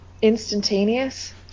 instantaneous